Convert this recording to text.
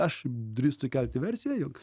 aš drįstu kelti versiją jog